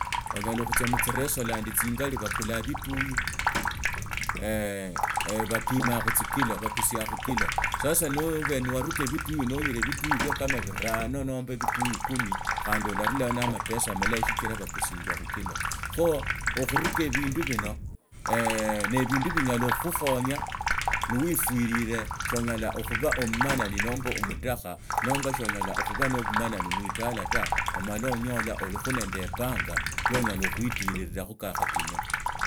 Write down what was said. Onyala khutsia mutsi restaurant tsingali bakulaa biluyi bapimaa khutsikilo bakhusia khukilo sasa nabee waruka biliyo nuile biluyu bio kama birani nomba biluu kumi khandi olaruraho na amapesa amanji sichira bakusilianga khukilo kho okhuruka ebindu bino neebindu binyalakhukhukhonya niufwirire soonyala khuba omumanani nomba omutakha nomba soonyala khubainebumanani muitala ta omala onyola olikho nende epanga yoonyala khuitirirakho kakhatinya.